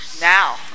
now